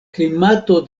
klimato